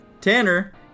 Tanner